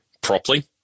properly